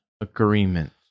agreement